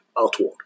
outward